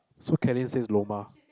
so kenny says Louma